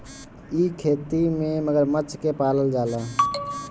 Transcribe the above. इ खेती में मगरमच्छ के पालल जाला